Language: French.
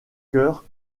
cœur